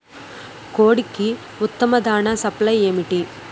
కోడికి ఉత్తమ దాణ సప్లై ఏమిటి?